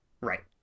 right